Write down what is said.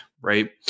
right